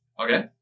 Okay